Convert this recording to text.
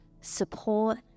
support